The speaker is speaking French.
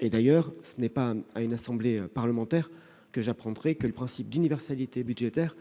D'ailleurs, ce n'est pas à une assemblée parlementaire que j'apprendrai que le principe d'universalité budgétaire